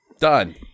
Done